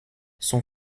son